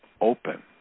open